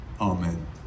Amen